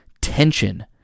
tension